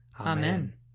Amen